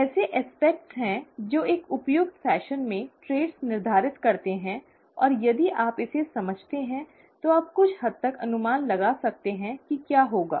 ऐसे पहलू हैं जो एक उपयुक्त फैशन में लक्षण निर्धारित करते हैं और यदि आप इसे समझते हैं तो आप कुछ हद तक अनुमान लगा सकते हैं कि क्या होगा